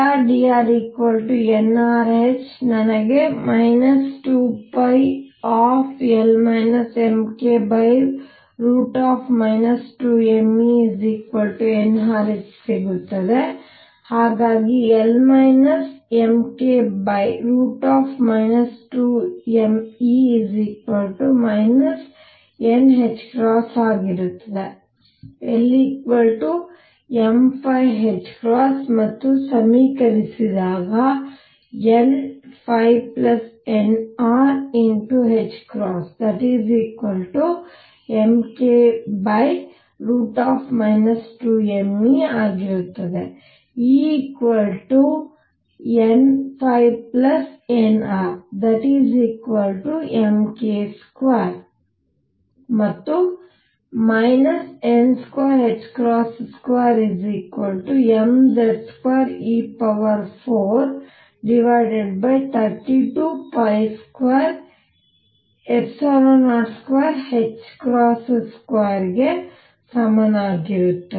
∫prdr nrh ನನಗೆ 2πL mk 2mE nrh ಸಿಗುತ್ತದೆ ಹಾಗಾಗಿ L mk 2mE nr ಆಗಿರುತ್ತದೆ L m ಮತ್ತು ಸಮಿಕರಿಸಿದಾಗ nnrℏmk 2mE ಆಗಿರುತ್ತದೆ E nnr m k2 n22 mZ2e4322022ಗೆ ಸಮಾನವಾಗಿರುತ್ತದೆ